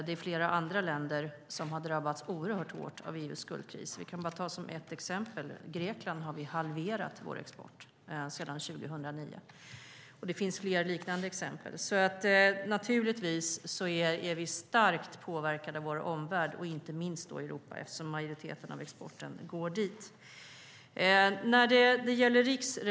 Det är flera andra länder som har drabbats oerhört hårt av EU:s skuldkris. Ett exempel är att Sverige har halverat exporten till Grekland sedan 2009. Det finns fler liknande exempel. Naturligtvis är vi starkt påverkade av vår omvärld, inte minst Europa eftersom majoriteten av exporten går dit.